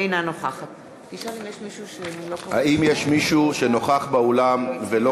אינה נוכחת האם יש מישהו שנוכח באולם ולא